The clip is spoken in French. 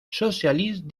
socialiste